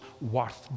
worth